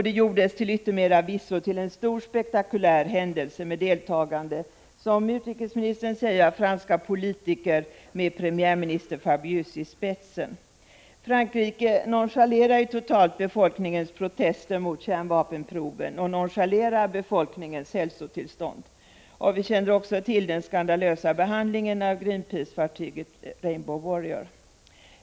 Det gjordes till yttermera visso till en stor spektakulär händelse med deltagande av, som utrikesministern säger, franska politiker med premiärminister Fabius i spetsen. Frankrike nonchalerar totalt befolkningens protester mot kärnvapenproven och befolkningens hälsotillstånd. Vi känner också till den skandalösa behandlingen av Greenpeacefartyget Rainbow Warrior.